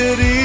City